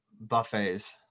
Buffets